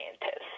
scientists